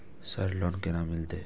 Sir loan केना मिलते?